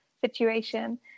situation